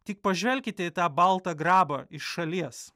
tik pažvelkite į tą baltą grabą iš šalies